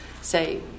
say